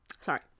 sorry